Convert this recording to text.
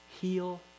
heal